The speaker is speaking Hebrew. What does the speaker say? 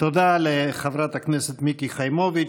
תודה לחברת הכנסת מיקי חיימוביץ'.